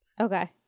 Okay